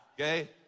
Okay